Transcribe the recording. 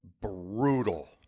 Brutal